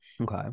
Okay